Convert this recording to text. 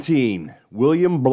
William